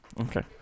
Okay